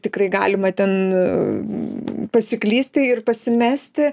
tikrai galima ten pasiklysti ir pasimesti